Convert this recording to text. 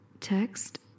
text